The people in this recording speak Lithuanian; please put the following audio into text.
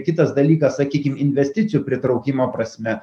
kitas dalykas sakykim investicijų pritraukimo prasme